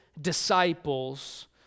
disciples